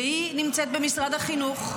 והיא נמצאת במשרד החינוך,